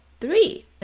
three